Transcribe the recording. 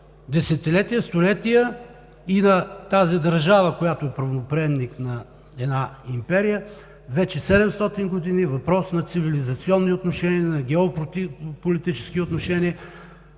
десетилетия, столетия и до тази държава, която е първоприемник на една империя вече 700 години, въпрос на цивилизационни отношения, на геополитически отношения,